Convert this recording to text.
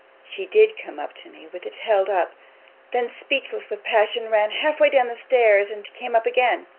she did come up to me, with it held up then, speechless with passion, ran half way down the stairs, and came up again.